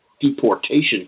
deportation